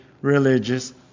religious